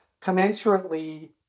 Commensurately